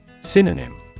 Synonym